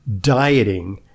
dieting